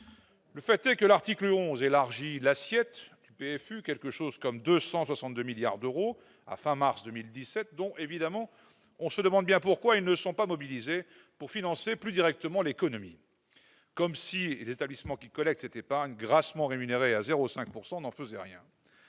Le fait est que l'article 11 élargit l'assiette du PFU à quelque chose comme 262 milliards d'euros, à fin mars 2017. On se demande bien pourquoi cette somme n'est pas mobilisée pour financer plus directement l'économie. Comme si les établissements qui collectent cette épargne grassement rémunérée à 0,50 % n'en faisaient rien